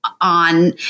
on